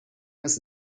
ist